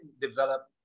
develop